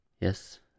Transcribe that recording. Yes